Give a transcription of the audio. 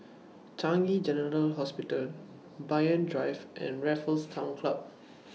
Changi General Hospital Banyan Drive and Raffles Town Club